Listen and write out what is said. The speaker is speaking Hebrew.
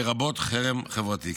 לרבות חרם חברתי.